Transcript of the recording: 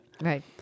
Right